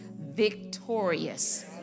victorious